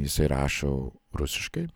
jisai rašo rusiškai